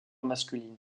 masculine